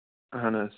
اہن حظ